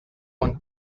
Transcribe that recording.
one